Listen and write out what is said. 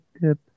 tip